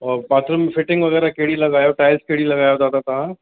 और bathroom fitting वग़ैरह कहिड़ी लॻायो टाइल्स कहिड़ी लॻायो दादा तव्हां